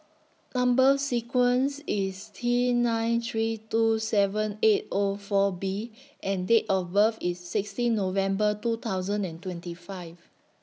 Number sequence IS T nine three two seven eight O four B and Date of birth IS sixteen November two thousand and twenty five